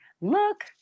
Look